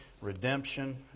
redemption